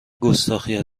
گستاخی